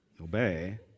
Obey